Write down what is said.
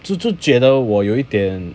这就觉得我有一点